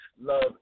love